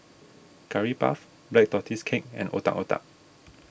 Curry Puff Black Tortoise Cake and Otak Otak